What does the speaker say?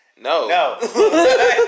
No